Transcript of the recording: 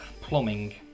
plumbing